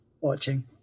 watching